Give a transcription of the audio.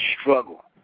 struggle